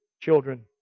children